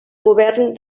govern